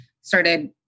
started